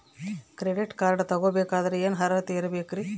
Credit card ತೊಗೋ ಬೇಕಾದರೆ ಏನು ಅರ್ಹತೆ ಇರಬೇಕ್ರಿ?